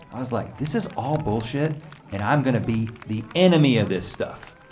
i was like this is all bullshit and i'm gonna be the enemy of this stuff.